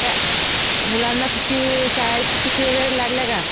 का मुलांना सुट्टी शाळेची सुट्टी वगैरे लागल्या का